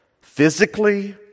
physically